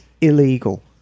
illegal